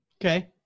Okay